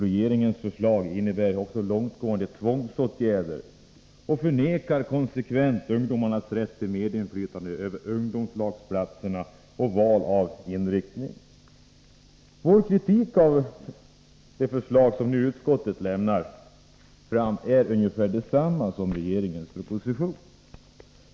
Regeringens förslag innebär också långtgående tvångsåtgärder och ett konsekvent förnekande av ungdomarnas rätt till medinflytande på ungdomslagsplatserna och val av inriktning. Vår kritik av det förslag som nu har lagts fram är ungefär densamma som när det gäller regeringens proposition.